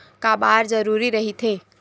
का बार जरूरी रहि थे?